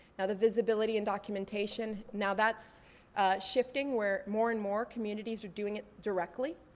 the visibility and documentation, now that's shifting where more and more communities are doing it directly.